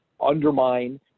undermine